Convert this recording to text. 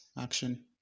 action